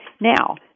Now